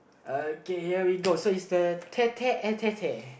uh okay here we go so it's the Tete A Tete